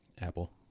Apple